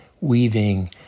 weaving